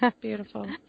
Beautiful